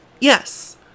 Yes